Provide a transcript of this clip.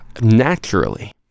naturally